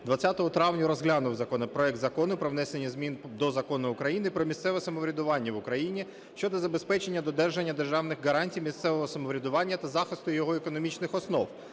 20 травня розглянув проект Закону про внесення змін до Закону України "Про місцеве самоврядування в Україні" щодо забезпечення додержання державних гарантій місцевого самоврядування та захисту його економічних основ